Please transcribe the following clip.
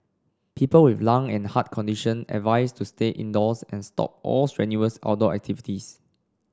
people with lung and heart condition advised to stay indoors and stop all strenuous outdoor activities